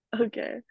okay